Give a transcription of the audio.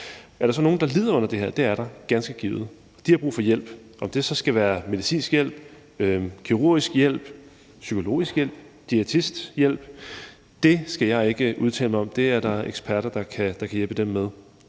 Er der så nogen, der lider under det her? Det er der ganske givet. De har brug for hjælp. Om det så skal være medicinsk hjælp, kirurgisk hjælp, psykologisk hjælp eller diætisthjælp, skal jeg ikke udtale mig om; det er der eksperter der kan hjælpe dem med.